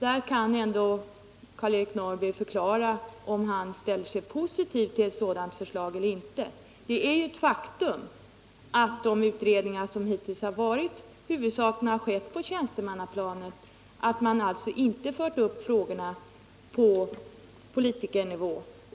Där kan Karl-Eric Norrby ändå förklara om han ställer sig positiv till ett sådant förslag eller inte. Det är ju ett faktum att hittillsvarande utredningar huvudsakligen har skett på tjänstemannaplanet och att frågorna alltså inte förts upp på politikernivå.